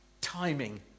timing